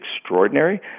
extraordinary